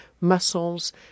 muscles